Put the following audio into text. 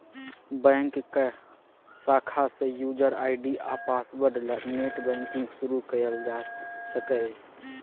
बैंकक शाखा सँ युजर आइ.डी आ पासवर्ड ल नेट बैंकिंग शुरु कयल जा सकैए